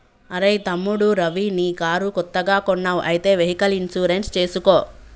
అరెయ్ తమ్ముడు రవి నీ కారు కొత్తగా కొన్నావ్ అయితే వెహికల్ ఇన్సూరెన్స్ చేసుకో